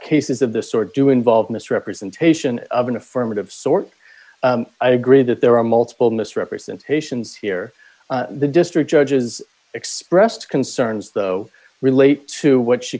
cases of the sort do involve misrepresentation of an affirmative sort i agree that there are multiple misrepresentations here the district judges expressed concerns though relate to what she